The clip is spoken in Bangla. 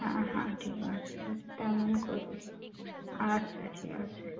হ্যাঁ হ্যাঁ ঠিক আছে তেমন করুন আচ্ছা ঠিক আছে